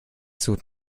sucht